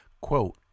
quote